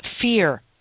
Fear